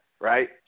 right